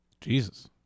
Jesus